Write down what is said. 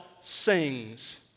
sings